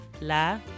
la